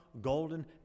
golden